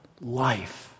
life